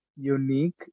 unique